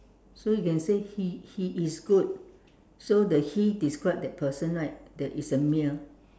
so you can say he he is good so the he describe the person right that is a male